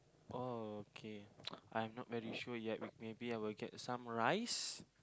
oh okay I'm not very sure yet maybe I will get some rice